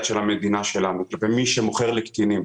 של המדינה שלנו לגבי מי שמוכר לקטינים.